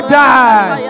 die